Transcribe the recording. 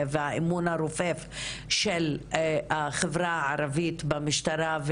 והאמון הרופף של החברה הערבית במשטרה,